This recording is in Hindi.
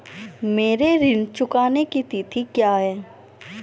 मेरे ऋण चुकाने की तिथि क्या है?